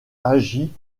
agit